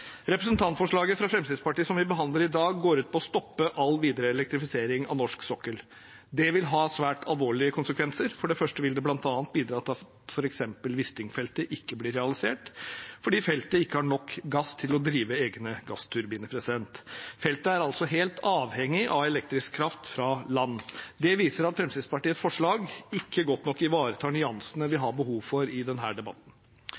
Representantforslaget fra Fremskrittspartiet som vi behandler i dag, går ut på å stoppe all videre elektrifisering av norsk sokkel. Det vil ha svært alvorlige konsekvenser. For det første vil det bl.a. bidra til at f.eks. Wisting-feltet ikke blir realisert, fordi feltet ikke har nok gass til å drive egne gassturbiner. Feltet er altså helt avhengig av elektrisk kraft fra land. Det viser at Fremskrittspartiets forslag ikke godt nok ivaretar nyansene vi har behov for i denne debatten.